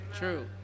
True